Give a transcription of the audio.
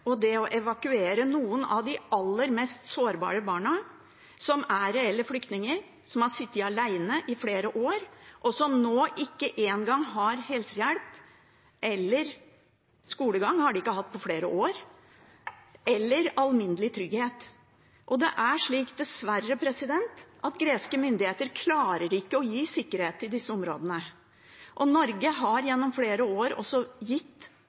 og det å evakuere noen av de aller mest sårbare barna, som er reelle flyktninger, som har sittet alene i flere år, og som nå ikke engang har helsehjelp eller alminnelig trygghet. Skolegang har de ikke hatt på flere år. Greske myndigheter klarer dessverre ikke å skape sikkerhet i disse områdene. Norge har gjennom flere år gitt store økonomiske midler til Hellas. Vi har